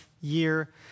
year